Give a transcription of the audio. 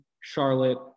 Charlotte